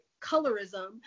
colorism